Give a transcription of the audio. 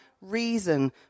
reason